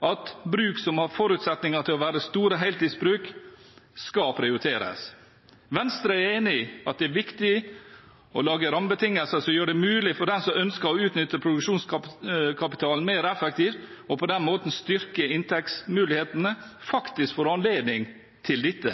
at bruk som har forutsetninger til å være store heltidsbruk, skal prioriteres. Venstre er enig i at det er viktig å lage rammebetingelser som gjør at de som ønsker å utnytte produksjonskapitalen mer effektivt og på den måten styrke inntektsmulighetene, faktisk får anledning til dette.